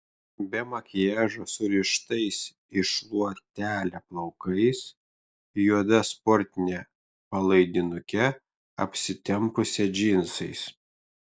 be makiažo surištais į šluotelę plaukais juoda sportine palaidinuke apsitempusią džinsais